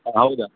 ಹೌದಾ